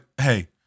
hey